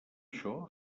això